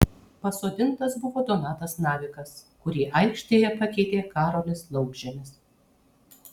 pasodintas buvo donatas navikas kurį aikštėje pakeitė karolis laukžemis